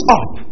up